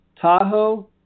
Tahoe